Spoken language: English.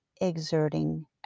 exerting